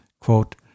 quote